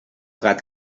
gat